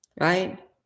Right